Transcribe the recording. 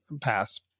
pass